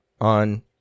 on